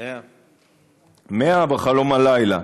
100. 100 בחלום הלילה.